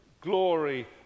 glory